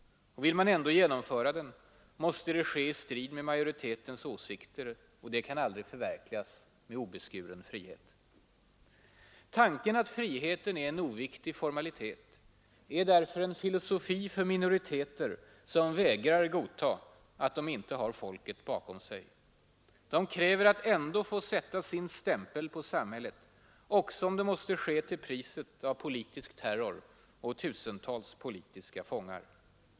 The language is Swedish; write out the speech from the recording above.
Vill man ändå genomföra den måste det ske i strid med majoritetens åsikter, och det kan aldrig förverkligas med obeskuren frihet. Tanken att friheten är en oviktig formalitet är därför en filosofi för minoriteter som vägrar godta att de inte har folket bakom sig. De kräver att ändå få sätta sin stämpel på samhället också om det måste ske till priset av politisk terror och tusentals politiska fångar.